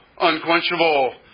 unquenchable